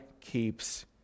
keeps